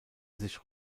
sich